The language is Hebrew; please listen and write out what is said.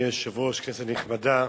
אדוני היושב-ראש, כנסת נכבדה,